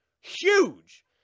Huge